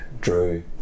drew